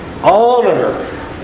honor